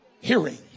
hearing